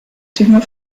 dünger